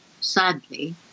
sadly